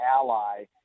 Ally